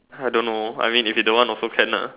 I don't know I mean if you don't want also can lah